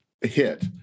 hit